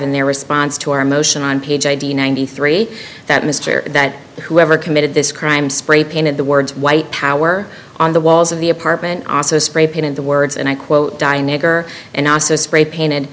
in their response to our motion on page eighty ninety three that mr that whoever committed this crime spray painted the words white power on the walls of the apartment also spray painted the words and i quote die nigger and also spray painted